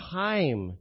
time